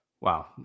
wow